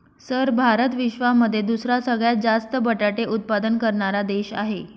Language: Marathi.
सर भारत विश्वामध्ये दुसरा सगळ्यात जास्त बटाटे उत्पादन करणारा देश आहे